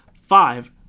Five